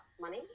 money